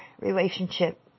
relationship